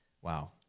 Wow